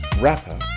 rapper